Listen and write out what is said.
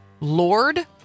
Lord